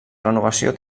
renovació